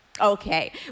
Okay